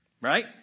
right